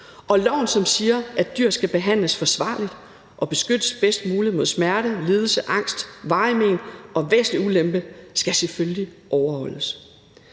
og loven, som siger, at dyr skal behandles forsvarligt og beskyttes bedst muligt mod smerte, lidelse, angst, varige men og væsentlig ulempe, skal selvfølgelig overholdes.